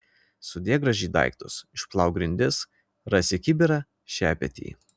sudėk gražiai daiktus išplauk grindis rasi kibirą šepetį